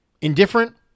Indifferent